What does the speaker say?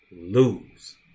Lose